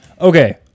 Okay